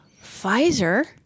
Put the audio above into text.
Pfizer